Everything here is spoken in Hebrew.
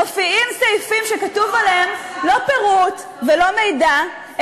מופיעים סעיפים שכתוב עליהם לא פירוט ולא מידע,